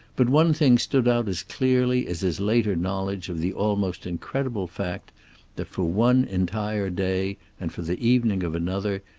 but one thing stood out as clearly as his later knowledge of the almost incredible fact that for one entire day and for the evening of another,